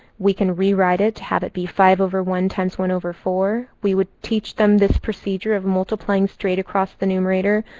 we can rewrite it to have it be five over one times one over four. we would teach them this procedure of multiplying straight across the numerator,